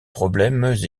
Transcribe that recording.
problèmes